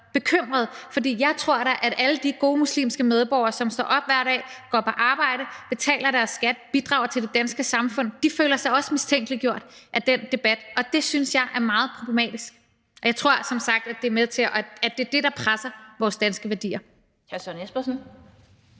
For jeg tror da, at alle de gode muslimske medborgere, som står op hver dag, går på arbejde, betaler deres skat, bidrager til det danske samfund, også føler sig mistænkeliggjort af den debat, og det synes jeg er meget problematisk. Jeg tror som sagt, at det er med til at presse vores danske værdier.